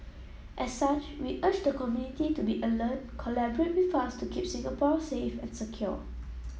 as such we urge the community to be alert collaborate with us to keep Singapore safe and secure